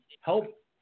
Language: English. help